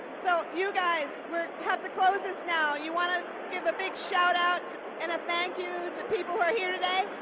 so, you guys, we have to close this now. you want to give a big shout-out and a thank you to people who are here today?